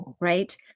right